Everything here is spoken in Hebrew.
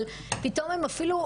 אבל פתאום הם אפילו,